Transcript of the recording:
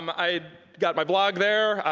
um i've got my blog there.